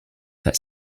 that